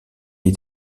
est